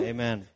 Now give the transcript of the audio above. Amen